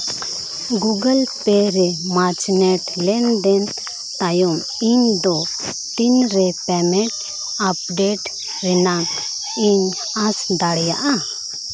Google Pay ᱨᱮ merchant ᱞᱮᱱᱫᱮᱱ ᱛᱟᱭᱚᱢ ᱤᱧ ᱫᱚ ᱛᱤᱱᱨᱮ ᱯᱮᱢᱮᱱᱴ ᱟᱯᱰᱮᱴ ᱨᱮᱱᱟᱝ ᱤᱧ ᱟᱸᱥ ᱫᱟᱲᱮᱭᱟᱜᱼᱟ